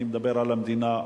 אני מדבר על המדינה,